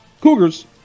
Cougars